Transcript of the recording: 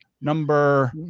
number